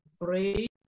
break